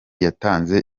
yatanze